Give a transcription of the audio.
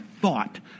thought